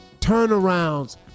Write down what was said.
turnarounds